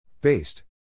Based